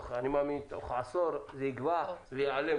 אני מאמין תוך עשור זה יגווע וייעלם,